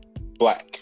black